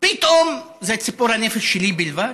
פתאום זו ציפור הנפש שלי בלבד,